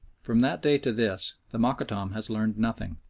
from that day to this the mokattam has learned nothing.